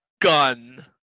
Gun